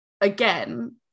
again